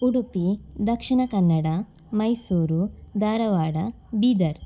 Udupi Dakshina Kannada Mysuru Dharwad Bidar